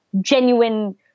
genuine